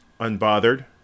unbothered